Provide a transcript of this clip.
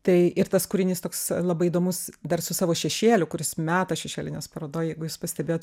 tai ir tas kūrinys toks labai įdomus dar su savo šešėliu kuris meta šešėlį nes parodoj jeigu jūs pastebėjot